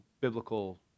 biblical